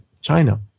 China